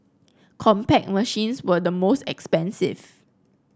Compaq machines were the most expensive